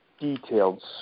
detailed